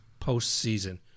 postseason